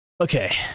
Okay